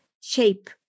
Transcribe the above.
shape